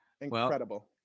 Incredible